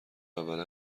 اول